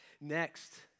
Next